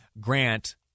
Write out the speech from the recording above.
grant